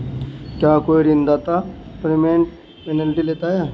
क्या कोई ऋणदाता प्रीपेमेंट पेनल्टी लेता है?